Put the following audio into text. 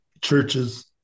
churches